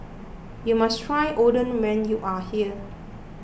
you must try Oden when you are here